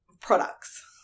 products